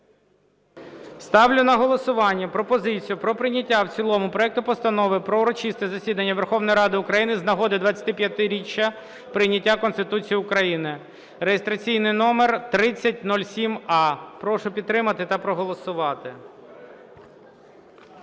Ставлю на голосування пропозицію про прийняття в цілому проекту Постанови про урочисте засідання Верховної Ради України з нагоди 25-ї річниці прийняття Конституції України (реєстраційний номер 3007а). Прошу підтримати та проголосувати.